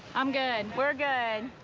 i'm good. we're good.